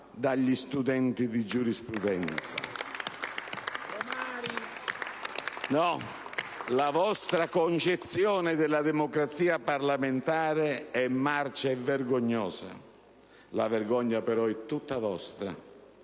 dai Gruppi IdV e PD)*. La vostra concezione della democrazia parlamentare è marcia e vergognosa; la vergogna però è tutta vostra,